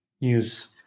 news